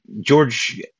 George